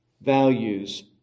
values